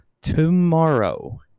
tomorrow